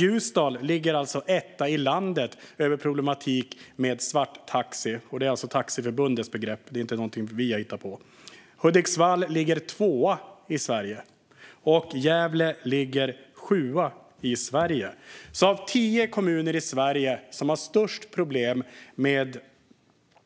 Ljusdal ligger etta i landet när det gäller problem med svarttaxi. Det är alltså Taxiförbundets begrepp; det är inte något som vi har hittat på. Hudiksvall ligger tvåa i Sverige, och Gävle ligger sjua i Sverige. Tre av de tio kommuner i Sverige som har störst problem med